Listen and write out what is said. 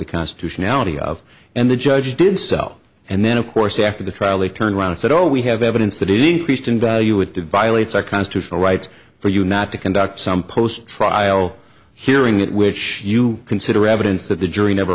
the constitutionality of and the judge did sell and then of course after the trial they turned around and said oh we have evidence that it increased in value it violates our constitutional rights for you not to conduct some post trial hearing that which you consider evidence that the jury never